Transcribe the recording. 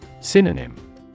Synonym